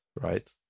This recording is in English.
right